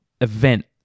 event